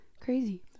crazy